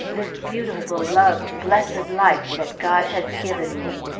this beautiful, loved, blessed life that god has given me!